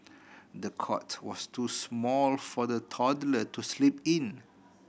the cot was too small for the toddler to sleep in